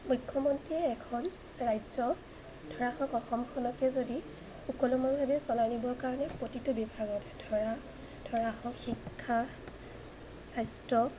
মুখ্যমন্ত্ৰীয়ে এখন ৰাজ্য ধৰা হওক অসমখনকে যদি সুকলমভাৱে চলাই নিবৰ কাৰণে প্ৰতিটো বিভাগত ধৰা ধৰা হওক শিক্ষা স্বাস্থ্য